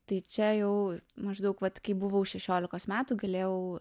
tai čia jau maždaug vat kai buvau šešiolikos metų galėjau